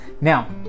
now